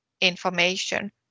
information